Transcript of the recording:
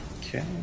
Okay